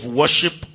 worship